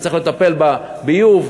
וצריך לטפל בביוב,